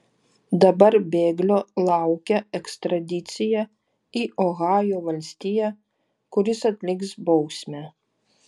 dabar bėglio laukia ekstradicija į ohajo valstiją kur jis atliks bausmę